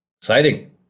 exciting